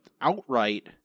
outright